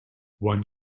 one